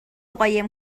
قایم